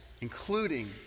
including